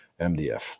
mdf